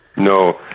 no,